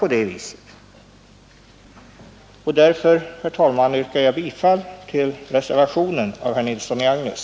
Därför, herr talman, ber jag att få yrka bifall till reservationen av herr Nilsson i Agnäs.